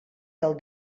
del